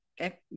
okay